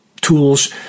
tools